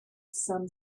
some